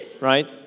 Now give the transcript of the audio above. right